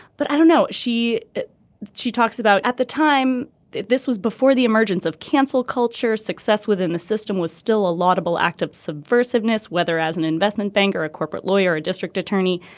but i don't know. she she talks about at the time this was before the emergence of cancelled culture success within the system was still a laudable act of subversive ness whether as an investment banker a corporate lawyer or a district attorney.